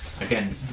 again